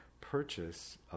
purchase